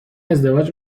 ازدواج